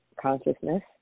consciousness